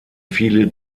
viele